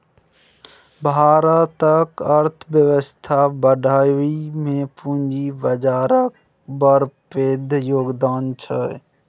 भारतक अर्थबेबस्था बढ़ाबइ मे पूंजी बजारक बड़ पैघ योगदान छै